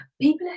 People